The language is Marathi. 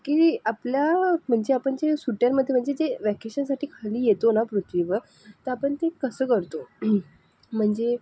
की आपल्या म्हणजे आपण जे सुट्ट्यांमध्ये म्हणजे जे वॅकेशनसाठी खाली येतो ना पृथ्वीवर तर आपण ते कसं करतो म्हणजे